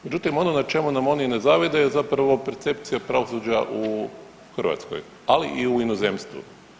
Međutim, ono na čemu nam oni ne zavide je zapravo percepcija pravosuđa u Hrvatskoj, ali i u inozemstvu.